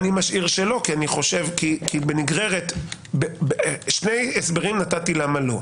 נתתי שני הסברים למה לא: